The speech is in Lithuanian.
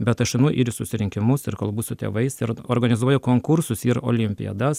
bet aš einu ir į susirinkimus ir kalbu su tėvais ir organizuoju konkursus ir olimpiadas